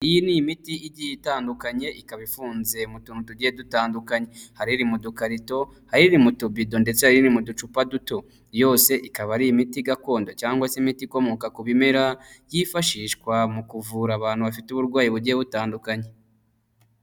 Iyi ni imiti igiye itandukanye ikaba ifunze mu tuntu dugiye dutandukanye hari iri mu dukarito hari iri mu tubido ndetse hari niri mu ducupa duto yose ikaba ari imiti gakondo cyangwa se imiti ikomoka ku bimera yifashishwa mu kuvura abantu bafite uburwayi bugiye butandukanye.